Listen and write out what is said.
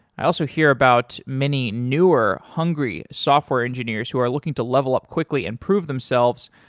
i also hear about many newer hungry software engineers who are looking to level up quickly and prove themselves,